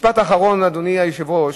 משפט אחרון, אדוני היושב-ראש: